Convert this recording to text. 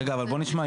רגע, אבל בואו נשמע.